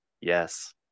yes